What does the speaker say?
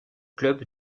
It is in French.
club